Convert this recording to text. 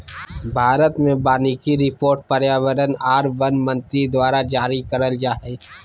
भारत मे वानिकी रिपोर्ट पर्यावरण आर वन मंत्री द्वारा जारी करल जा हय